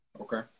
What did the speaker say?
Okay